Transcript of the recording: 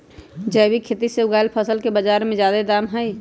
जैविक खेती से उगायल फसल के बाजार में जादे दाम हई